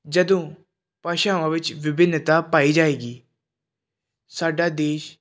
ਜਦੋਂ ਭਾਸ਼ਾਵਾਂ ਵਿੱਚ ਵਿਭਿੰਨਤਾ ਪਾਈ ਜਾਵੇਗੀ ਸਾਡਾ ਦੇਸ਼